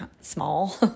small